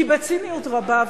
כי בציניות רבה,